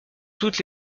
toutes